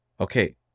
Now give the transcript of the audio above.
okay